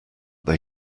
they